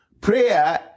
Prayer